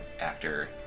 actor